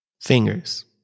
fingers